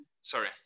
sorry